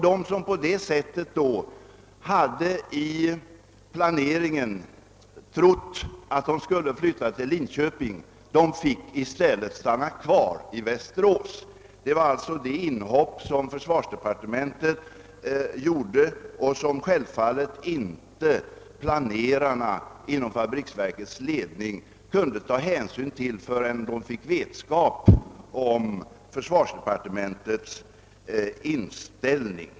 De som på grund av planeringen hade trott att de skulle flytta till Linköping fick i stället stanna kvar i Västerås till följd av det in hopp som försvarsdepartementet gjorde. Självfallet kunde planerarna inom fabriksverkets ledning inte ta hänsyn till detta förrän de fick vetskap om försvarsdepartementets inställning.